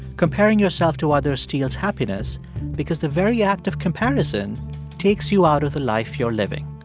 comparing yourself to others steals happiness because the very act of comparison takes you out of the life you're living.